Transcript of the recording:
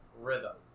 rhythm